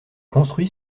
construit